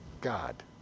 God